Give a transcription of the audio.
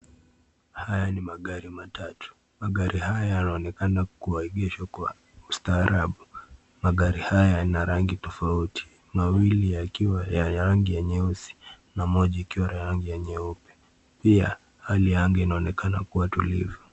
Haya ni magari matatu. Magari haya yanaonekana kuwaegesha kwa ustarabu. Magari haya inarangi tofauti. Mawili yakiwa ya rangi ya nyeusi na moja ikiwa na rangi ya nyeupe. Pia hali ya anga inaonekana kuwa tulivu.